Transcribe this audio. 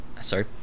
Sorry